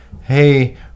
hey